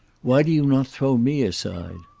why do you not throw me aside?